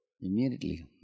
Immediately